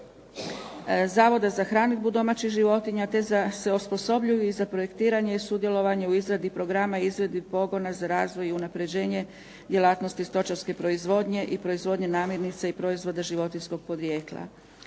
Zavoda za hrandibu domaćih životinja te se osposobljuju i za projektiranje i sudjelovanje u izradi programa i izradi pogona za razvoj i unapređenje djelatnosti stočarske proizvodnje i proizvodnje namirnica i proizvode životinjskog podrijetla.